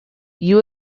you